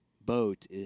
boat